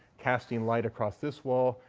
casting light across this wall.